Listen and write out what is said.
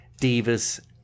Divas